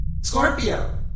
Scorpio